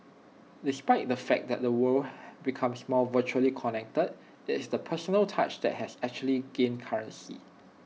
despite the fact that the world becomes more virtually connected IT is the personal touch that has actually gained currency